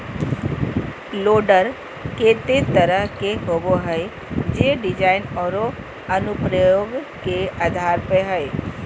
loader केते तरह के होबो हइ, जे डिज़ाइन औरो अनुप्रयोग के आधार पर हइ